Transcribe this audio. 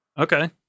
Okay